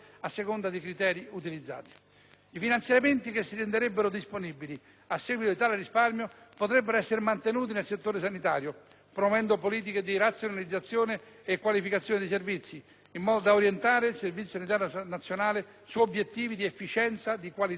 I finanziamenti che si renderebbero disponibili a seguito di tale risparmio potrebbero essere mantenuti nel settore sanitario, promuovendo politiche di razionalizzazione e qualificazione dei servizi, in modo da orientare il Servizio sanitario nazionale su obiettivi di efficienza, qualità e sostenibilità.